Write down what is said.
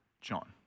John